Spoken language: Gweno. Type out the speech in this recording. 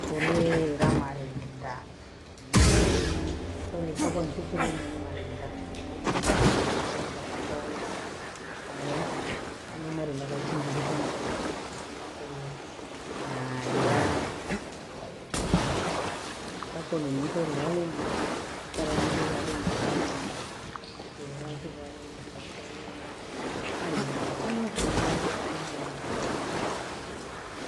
Fulie ilamale inda mmu nkale ntaka ntikulemu naleanga, kangi mayo weda mwachie mpaka mbayi, aho ni nimori nabachichinjibika nikia kindo kichaa niwefulue, naa ebaa, hata kuliko niliko libalenki ikalemuhula lalenjibanamu, nchila laatabalemu njila keye mutu, naye bhana cha nifurie kilenji baniani nikifurie.